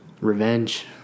Revenge